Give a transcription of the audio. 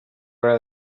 gra